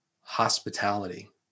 hospitality